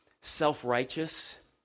Self-righteous